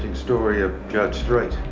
story of judge street?